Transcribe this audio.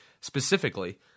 Specifically